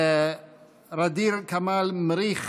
ע'דיר כמאל מריח,